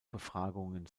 befragungen